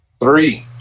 Three